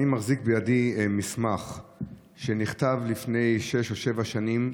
אני מחזיק בידי מסמך שנכתב לפני שש או שבע שנים,